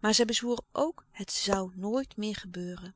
maar zij bezwoer ook het zoû nooit meer gebeuren